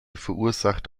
verursacht